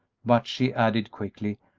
but, she added, quickly,